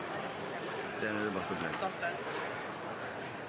Det er en